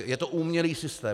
Je to umělý systém.